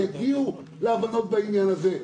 יגיעו להבנות בעניין הזה,